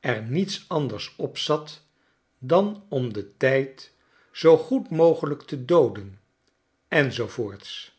er niets anders op zat dan om den tijd zoo goed mogelijk te dooden en zoo voorts